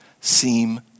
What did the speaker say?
seem